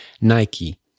Nike